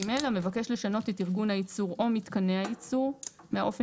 (ג) המבקש לשנות את ארגון הייצור או מתקני הייצור מהאופן